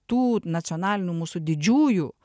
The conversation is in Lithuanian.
tų nacionalinių mūsų didžiųjų